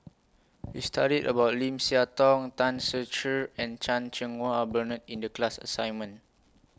We studied about Lim Siah Tong Tan Ser Cher and Chan Cheng Wah Bernard in The class assignment